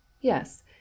Yes